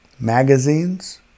Magazines